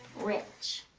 rich.